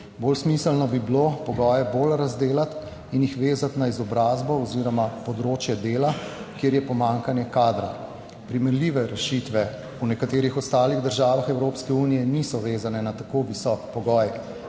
Bolj smiselno bi bilo pogoje bolj razdelati in jih vezati na izobrazbo oziroma področje dela, kjer je pomanjkanje kadra. Primerljive rešitve v nekaterih ostalih državah Evropske unije niso vezane na tako visok pogoj